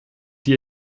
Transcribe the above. die